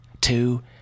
two